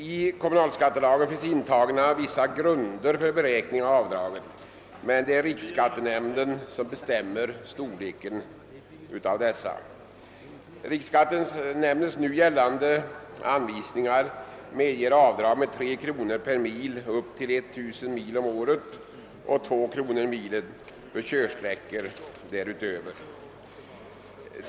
I kommunalskattelagen finns intagna vissa grunder för beräkning av avdraget, men det är riksskattenämnden som bestämmer storleken av dessa. Riksskattenämndens nu gällande anvisningar medger avdrag med 3 kr. per mil upp till 1000 mil om året och 2 kr. milen för körsträckor därutöver.